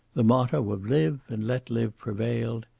the motto of live and let live prevailed.